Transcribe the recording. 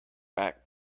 back